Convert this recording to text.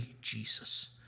Jesus